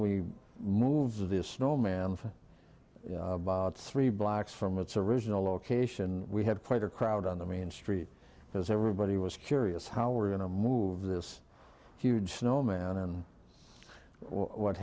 for about three blocks from its original location we had quite a crowd on the main street because everybody was curious how we're going to move this huge snowman and what